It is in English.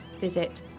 visit